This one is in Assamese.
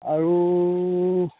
আৰু